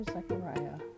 Zechariah